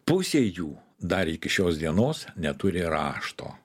pusė jų dar iki šios dienos neturi rašto